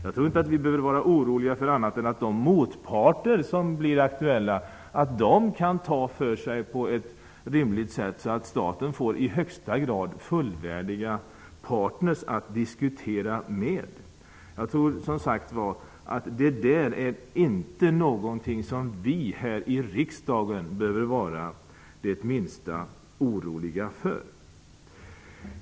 Jag tror inte att vi behöver vara oroliga för att de motparter som blir aktuella kan ta för sig på ett rimligt sätt, så att staten får i högsta grad fullvärdiga partner att diskutera med. Detta är inte någonting som vi här i riksdagen behöver vara det minsta oroliga för.